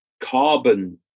carbon